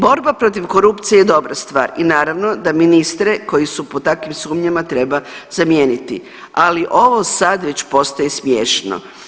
Borba protiv korupcije je dobra stvar i naravno da ministre koji su pod takvim sumnjama treba zamijeniti, ali ovo sad već postaje smješno.